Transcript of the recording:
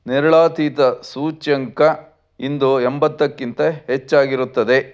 ನೇರಳಾತೀತ ಸೂಚ್ಯಂಕ ಇಂದು ಎಂಬತ್ತಕ್ಕಿಂತ ಹೆಚ್ಚಾಗಿರುತ್ತದೆ